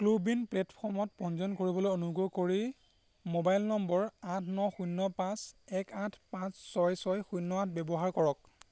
ক্লো ৱিন প্লে'টফৰ্মত পঞ্জীয়ন কৰিবলৈ অনুগ্ৰহ কৰি মোবাইল নম্বৰ আঠ ন শূন্য পাঁচ এক আঠ পাঁচ ছয় ছয় শূন্য আঠ ব্যৱহাৰ কৰক